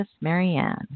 Marianne